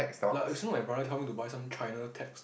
like I saw my brother tell me to buy some China tax stock